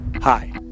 Hi